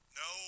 no